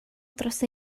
dros